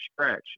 scratch